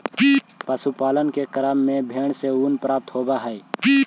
पशुपालन के क्रम में भेंड से ऊन प्राप्त होवऽ हई